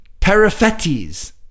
Periphetes